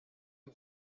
you